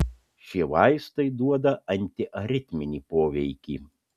šie vaistai duoda antiaritminį poveikį